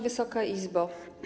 Wysoka Izbo!